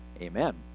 Amen